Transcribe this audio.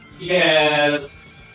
Yes